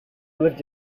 lived